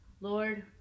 Lord